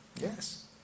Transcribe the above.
Yes